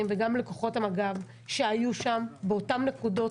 וגם לכוחות המג"ב שהיו שם באותן נקודות.